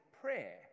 prayer